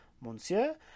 monsieur